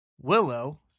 Willow